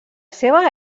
seva